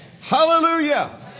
Hallelujah